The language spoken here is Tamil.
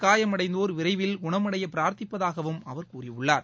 காயமடைந்தோர் விரைவில் குணமடையபிரார்த்திப்பதாகவும் அவர் கூறியுள்ளார்